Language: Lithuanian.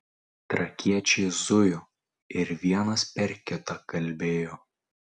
trakiečiai zujo ir vienas per kitą kalbėjo